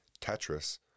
Tetris